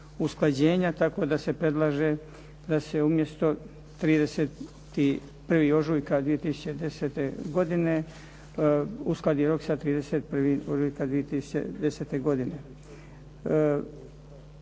usklađenja tako da se predlaže da se umjesto 31. ožujka 2010. godine uskladi rok sa 31. ožujka 2010. godine.